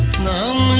no